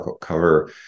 cover